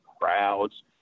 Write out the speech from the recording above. crowds